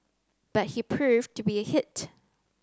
but he proved to be a hit